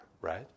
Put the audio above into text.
right